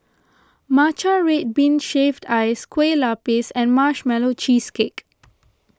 Matcha Red Bean Shaved Ice Kue Lupis and Marshmallow Cheesecake